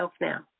now